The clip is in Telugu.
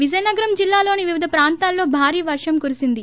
విజయనగరం జిల్లాలోని వివిధ ప్రాంతాలలో భారీ వర్షం కురిసింది